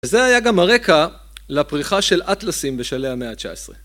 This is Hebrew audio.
וזה היה גם הרקע לפריחה של אטלסים בשלהי המאה ה-19.